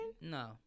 No